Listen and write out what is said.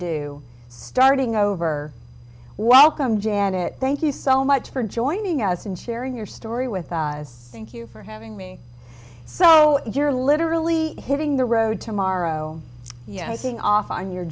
do starting over wow come jad it thank you so much for joining us and sharing your story with thank you for having me so you're literally hitting the road tomorrow yeah i sing off on your